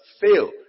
fail